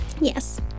Yes